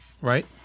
right